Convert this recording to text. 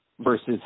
versus